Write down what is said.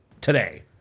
today